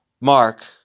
Mark